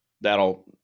that'll